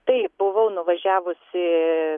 taip buvau nuvažiavusi